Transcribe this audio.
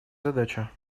задача